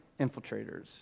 infiltrators